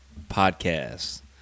Podcast